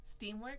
Steamworks